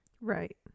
Right